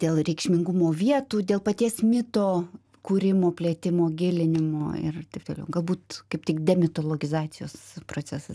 dėl reikšmingumo vietų dėl paties mito kūrimo plėtimo gilinimo ir taip toliau galbūt kaip tik demitologizacijos procesas